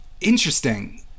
interesting